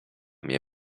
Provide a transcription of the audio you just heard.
mnie